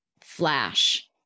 flash